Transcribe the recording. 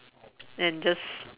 and just